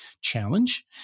challenge